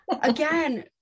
Again